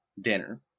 dinner